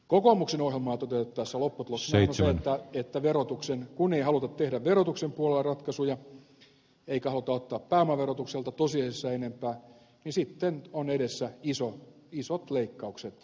kokoomuksen ohjelmaa toteutettaessa lopputuloksena on se että kun ei haluta tehdä verotuksen puolella ratkaisuja eikä haluta ottaa pääomaverotukselta tosiasiassa enempää niin sitten ovat edessä isot leikkaukset